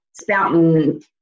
spouting